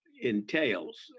entails